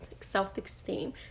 self-esteem